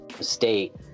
state